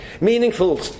meaningful